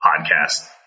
podcast